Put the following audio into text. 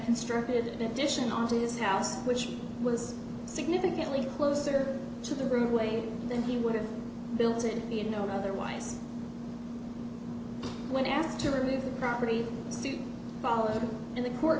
constructed in addition onto his house which was significantly closer to the roof way than he would have built it you know otherwise when asked to remove the property soon followed in the court